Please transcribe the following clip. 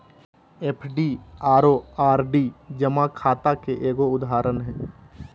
FD आरो RD जमा खाता के एगो उदाहरण हय